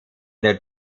der